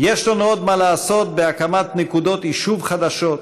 יש לנו עוד מה לעשות בהקמת נקודות יישוב חדשות,